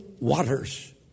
waters